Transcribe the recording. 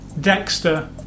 Dexter